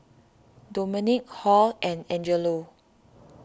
Domonique Hall and Angelo